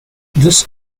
this